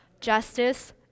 justice